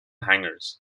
hangers